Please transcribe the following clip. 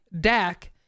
Dak